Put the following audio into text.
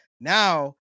now